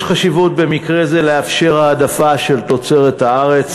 יש חשיבות במקרה זה להעדפה של תוצרת הארץ,